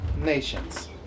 nations